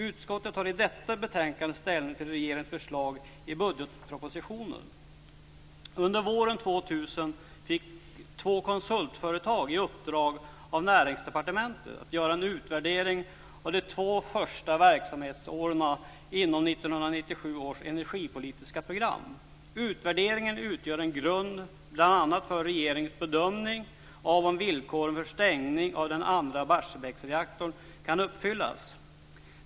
Utskottet tar i detta betänkande ställning till regeringens förslag i budgetpropositionen. Under våren 2000 fick två konsultföretag i uppdrag av Näringsdepartementet att göra en utvärdering av de två första verksamhetsåren inom 1997 års energipolitiska program. Utvärderingen utgör en grund bl.a. för regeringens bedömning av om villkoren för stängning av den andra Barsebäcksreaktorn kan uppfyllas.